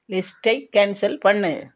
லிஸ்ட்டை கேன்சல் பண்ணு